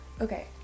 Okay